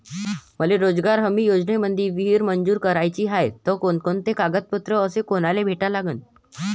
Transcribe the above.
मले रोजगार हमी योजनेमंदी विहीर मंजूर कराची हाये त कोनकोनते कागदपत्र अस कोनाले भेटा लागन?